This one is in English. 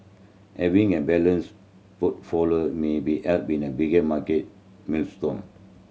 having a balanced portfolio maybe help in a big market maelstrom